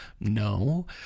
No